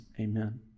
amen